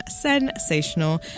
sensational